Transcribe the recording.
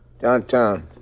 Downtown